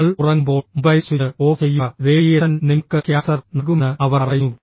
നിങ്ങൾ ഉറങ്ങുമ്പോൾ mobile switch off ചെയ്യുക റേഡിയേഷൻ നിങ്ങൾക്ക് ക്യാൻസർ നൽകുമെന്ന് അവർ പറയുന്നു